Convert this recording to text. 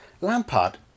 Lampard